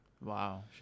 Wow